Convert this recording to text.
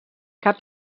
cap